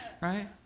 right